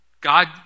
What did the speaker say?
God